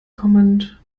kommend